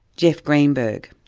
jeff greenberg.